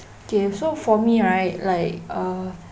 okay so for me right like uh